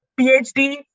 PhD